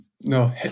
No